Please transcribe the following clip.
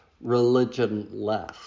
religion-less